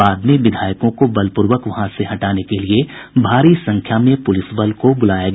बाद में विधायकों को बलपूर्वक वहां से हटाने के लिए भारी संख्या में पुलिस बल को बुलाया गया